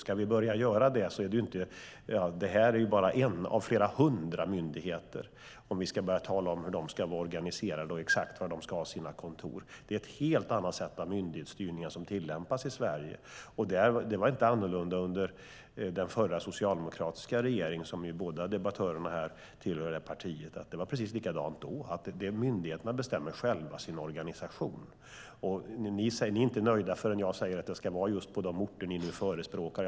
Om vi ska börja göra det är det här bara en av flera hundra myndigheter. Om vi ska börja tala om hur de ska vara organiserade och exakt var de ska ha sina kontor är det en helt annan myndighetsstyrning än den som tillämpas i Sverige. Det var inte annorlunda under den förra socialdemokratiska regeringen. Båda debattörerna tillhör det partiet. Det var precis likadant då. Myndigheterna bestämmer själva om sin organisation. Ni är inte nöjda förrän jag säger att myndigheterna ska vara just på de orter ni förespråkar.